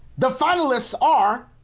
the finalists are